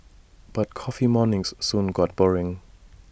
but coffee mornings soon got boring